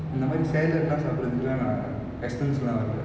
நம்ம:namma salad lah சாப்புர்றது இல்ல ஆனா:sappurrathu illa aana astons lah வருது:varuthu